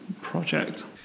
project